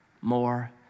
more